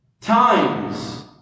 times